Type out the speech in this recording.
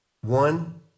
one